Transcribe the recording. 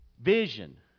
Vision